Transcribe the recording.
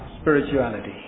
spirituality